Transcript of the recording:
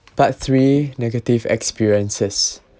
part three negative experiences